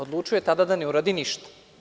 Odlučio je tada da ne uradi ništa.